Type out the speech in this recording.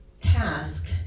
task